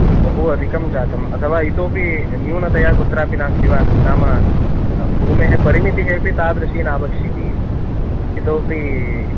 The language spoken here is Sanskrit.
बहु अधिकं जातम् अथवा इतोऽपि न्यूनतया कुत्रापि नास्ति वा नाम भूमेः परिमितिः अपि तादृशी नावश्यकी इतोऽपि